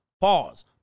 pause